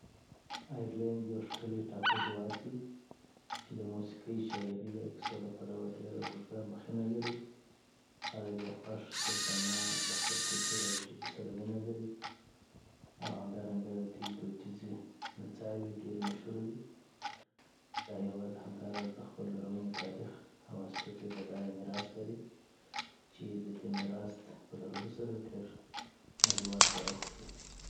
ایرلنډ یو ښکلی ټاپو هېواد دی چې د موسیقۍ، شاعرۍ او کیسو له پلوه دیره اوږده مخینه لري. خلک یې خوښ، دوستانه او د خپل کلتور او ژبې سره مینه لري او همدارنګه او ددوی دودیزی نڅاوي ډیری مشهوره دي .دا هېواد همداراز د خپل لرغوني تاریخ او اسطورې بډایه میراث لري چی ددی میراث په لرلو سره نړیوال شهرت لری